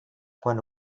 quan